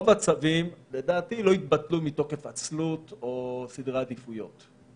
רוב הצווים לא יתבטלו מתוקף עצלות או סדרי עדיפויות.